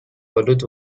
آلود